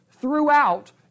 throughout